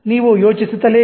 ನೀವು ಯೋಚಿಸುತ್ತಲೇ ಇರಿ